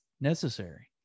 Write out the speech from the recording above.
necessary